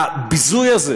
הביזוי הזה